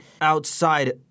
outside